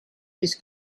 his